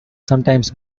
sometimes